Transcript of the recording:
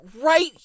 right